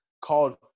called